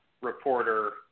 reporter